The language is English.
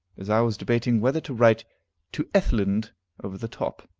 as i was debating whether to write to ethelind over the top.